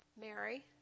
Mary